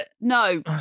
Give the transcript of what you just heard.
No